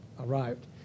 arrived